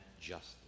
justice